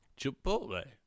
Chipotle